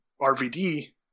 RVD